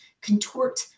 contort